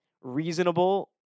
reasonable